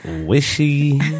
Wishy